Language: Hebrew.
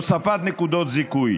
הוספת נקודות זיכוי,